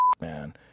man